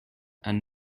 and